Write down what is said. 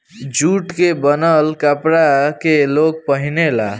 jute के बनल कपड़ा के लोग पहिने ले